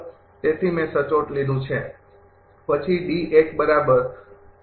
તેથી મેં સચોટ લીધું છે